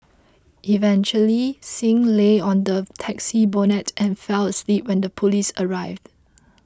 eventually Singh lay on the taxi's bonnet and fell asleep until police arrived